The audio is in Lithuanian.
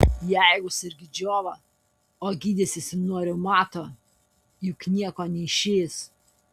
jeigu sergi džiova o gydysiesi nuo reumato juk nieko neišeis